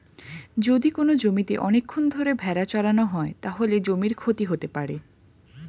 যদি কোনো জমিতে অনেকক্ষণ ধরে ভেড়া চড়ানো হয়, তাহলে জমির ক্ষতি হতে পারে